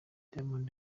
diamond